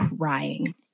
crying